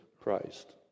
Christ